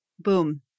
Boom